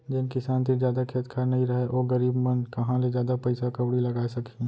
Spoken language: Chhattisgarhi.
जेन किसान तीर जादा खेत खार नइ रहय ओ गरीब मन कहॉं ले जादा पइसा कउड़ी लगाय सकहीं